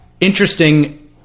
interesting